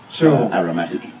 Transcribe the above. aromatic